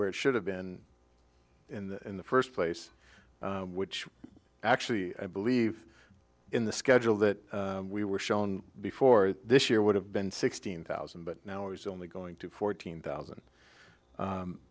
where it should have been in the first place which actually i believe in the schedule that we were shown before this year would have been sixteen thousand but now it's only going to fourteen thousand